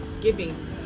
giving